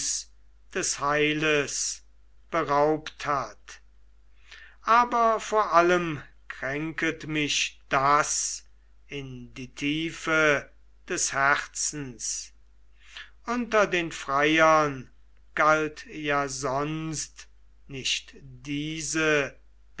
des heiles beraubt hat aber vor allen kränket mich das in der tiefe des herzens unter den freiern galt ja sonst nicht diese